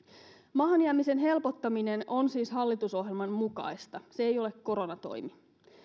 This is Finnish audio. maahan jäämisen helpottaminen on siis hallitusohjelman mukaista se ei ole koronatoimi